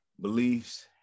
beliefs